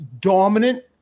dominant